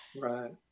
Right